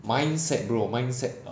mindset bro mindset